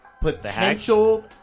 potential